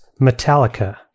Metallica